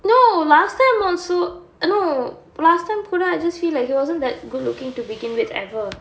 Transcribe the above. no last time also no last time கூட:kuda I just feel like he wasn't that good looking to begin with ever